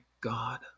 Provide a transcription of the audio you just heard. God